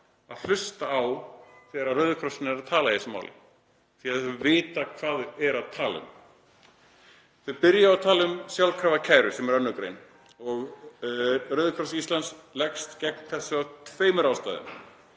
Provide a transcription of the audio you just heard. að hlusta þegar Rauði krossinn er að tala í þessu máli því að þau vita hvað þau eru að tala um. Þau byrja á að tala um sjálfkrafa kæru, sem er 2. gr., og Rauði kross á Íslandi leggst gegn þessu af tveimur ástæðum.